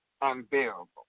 unbearable